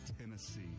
Tennessee